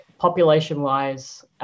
population-wise